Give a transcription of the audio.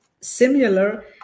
similar